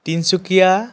Tinsukia